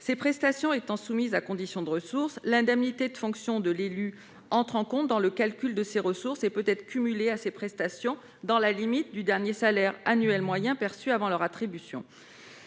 Ces prestations sont soumises à conditions de ressources. L'indemnité de fonction de l'élu entre en compte dans le calcul de ses ressources et peut être cumulée avec ces prestations, dans la limite du dernier salaire annuel moyen perçu avant leur attribution.